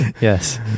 Yes